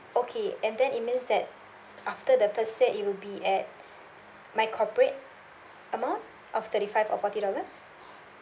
okay and then it means that after the first step it will be at my corporate amount of thirty five or forty dollars